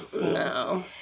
no